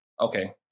okay